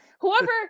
whoever